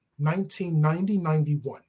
1990-91